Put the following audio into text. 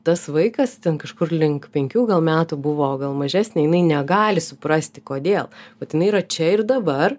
tas vaikas ten kažkur link penkių gal metų buvo gal mažesnė jinai negali suprasti kodėl vat jinai yra čia ir dabar